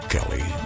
Kelly